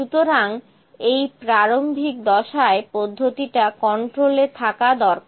সুতরাং এই প্রারম্ভিক দশায় পদ্ধতিটা কন্ট্রোলে থাকা দরকার